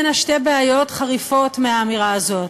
מהאמירה הזאת.